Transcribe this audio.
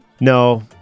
No